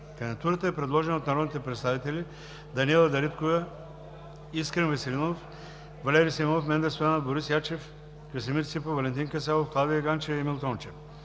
Кандидатурата е предложена от народните представители Даниела Дариткова, Искрен Веселинов, Валери Симеонов, Менда Стоянова, Борис Ячев, Красимир Ципов, Валентин Касабов, Клавдия Ганчева и Емил Тончев.